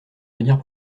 venir